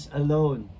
alone